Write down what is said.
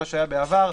מה שהיה בעבר.